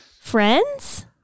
Friends